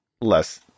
less